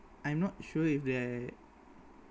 I'm not sure if there